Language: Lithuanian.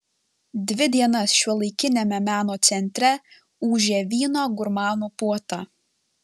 dvi dienas šiuolaikiniame meno centre ūžė vyno gurmanų puota